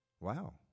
Wow